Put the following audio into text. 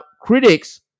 critics